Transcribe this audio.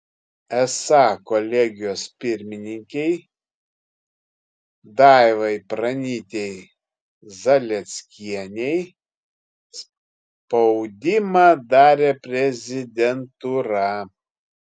esą kolegijos pirmininkei daivai pranytei zalieckienei spaudimą darė prezidentūra